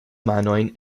manojn